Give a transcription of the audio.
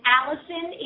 Allison